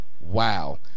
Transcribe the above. Wow